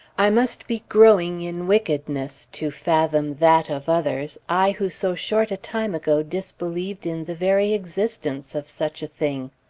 i must be growing in wickedness, to fathom that of others, i who so short a time ago disbelieved in the very existence of such a thing.